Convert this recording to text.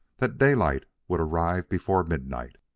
that daylight would arrive before midnight.